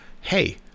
hey